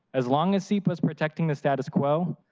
as long as sepa is protecting the status quo,